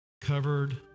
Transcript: Covered